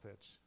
pitch